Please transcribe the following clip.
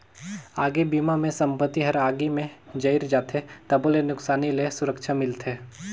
आगी बिमा मे संपत्ति हर आगी मे जईर जाथे तबो ले नुकसानी ले सुरक्छा मिलथे